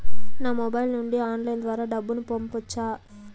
నా మొబైల్ నుండి ఆన్లైన్ ద్వారా డబ్బును పంపొచ్చా